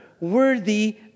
worthy